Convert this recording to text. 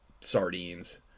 sardines